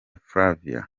flavia